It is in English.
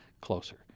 closer